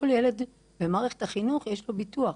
לכל ילד במערכת החינוך יש ביטוח.